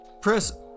Press